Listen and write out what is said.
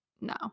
No